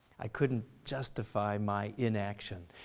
i couldn't justify my inaction.